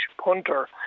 punter